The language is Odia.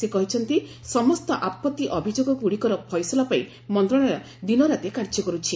ସେ କହିଛନ୍ତି ସମସ୍ତ ଆପଭି ଅଭିଯୋଗଗୁଡ଼ିକର ଫଇସଲା ପାଇଁ ମନ୍ତ୍ରଣାଳୟ ଦିନରାତି କାର୍ଯ୍ୟ କରୁଛି